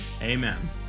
Amen